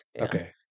Okay